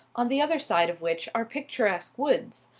on the other side of which are picturesque woods.